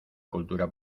cultura